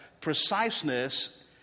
preciseness